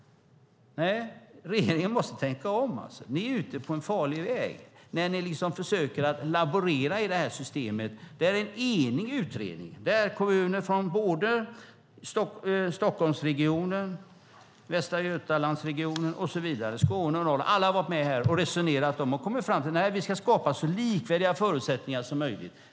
Nej, regeringen måste tänka om. Ni är ute på en farlig väg när ni försöker laborera i systemet. En enig utredning med kommuner från Stockholmsregionen, Västra Götalandsregionen, Skåne, Norrland och så vidare har alla varit med och resonerat och kommit fram till: Vi ska skapa så likvärdiga förutsättningar som möjligt.